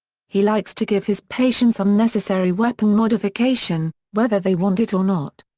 he likes to give his patients unnecessary weapon modification, whether they want it or not.